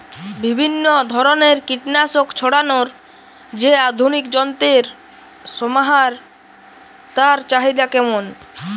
বিভিন্ন ধরনের কীটনাশক ছড়ানোর যে আধুনিক যন্ত্রের সমাহার তার চাহিদা কেমন?